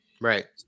Right